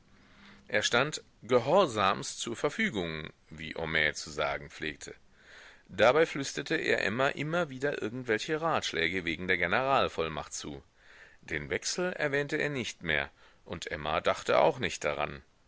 er stand gehorsamst zur verfügung wie homais zu sagen pflegte dabei flüsterte er emma immer wieder irgendwelche ratschläge wegen der generalvollmacht zu den wechsel erwähnte er nicht mehr und emma dachte auch nicht daran